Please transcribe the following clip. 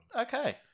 Okay